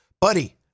Buddy